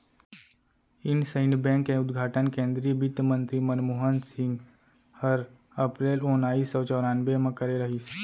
IndusInd bank के उद्घाटन केन्द्रीय बित्तमंतरी मनमोहन सिंह हर अपरेल ओनाइस सौ चैरानबे म करे रहिस